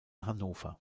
hannover